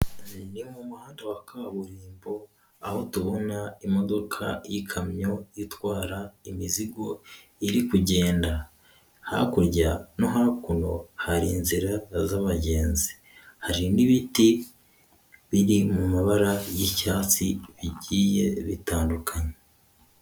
Ni mu muhanda wa kaburimbo aho tubona imodoka y'ikamyo itwara imizigo iri kugenda. Hakurya no hakuno hari inzira z'abagenzi, hari n'ibiti biri mu mabara y'icyatsi bigiye bitandukanye.